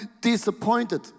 disappointed